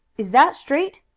is that straight?